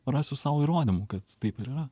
rasiu sau įrodymų kad taip yra